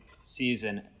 season